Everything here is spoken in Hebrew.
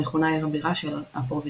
המכונה עיר הבירה של הפרובינציה.